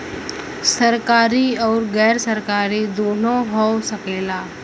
सरकारी आउर गैर सरकारी दुन्नो हो सकेला